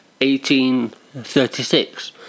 1836